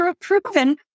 proven